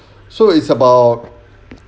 so it's about